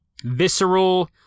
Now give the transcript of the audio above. visceral